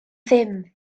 ddim